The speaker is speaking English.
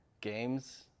games